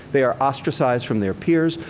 they are ostracized from their peers.